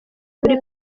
kuri